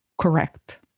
Correct